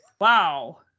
wow